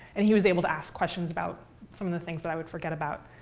and he was able to ask questions about some of the things but i would forget about.